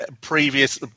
previous